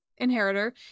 inheritor